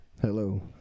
Hello